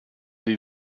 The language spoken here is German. wie